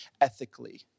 ethically